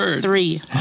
three